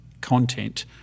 content